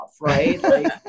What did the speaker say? right